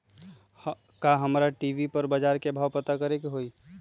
का हमरा टी.वी पर बजार के भाव पता करे के होई?